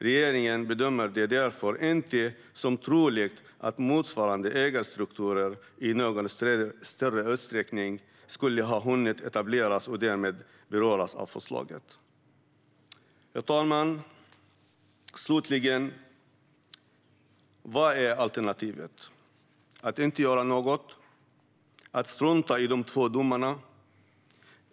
Regeringen bedömer det därför inte som troligt att motsvarande ägarstrukturer i någon större utsträckning skulle ha hunnit etableras och därmed skulle beröras av förslaget. Herr talman! Vad är då alternativet? Att inte göra något? Att strunta i de två domarna?